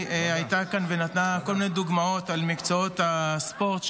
הייתה כאן ונתנה כל מיני דוגמאות על מקצועות הספורט,